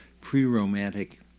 pre-Romantic